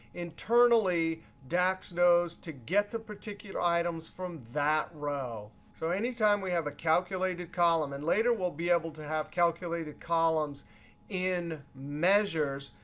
internally, dax knows to get the particular items from that row. so anytime we have a calculated column and later we'll be able to have calculated columns in measures.